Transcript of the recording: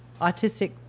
autistic